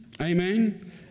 Amen